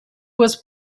was